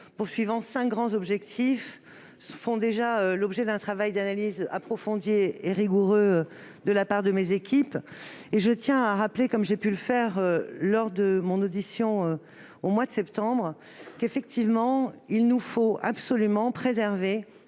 visant cinq grands objectifs, font déjà l'objet d'un travail d'analyse approfondi et rigoureux de la part de mes équipes. Je tiens à rappeler, comme j'ai pu le faire lors de mon audition au mois de septembre, qu'effectivement il nous faut absolument préserver